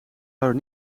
houden